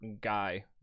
guy